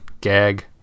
Gag